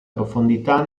profondità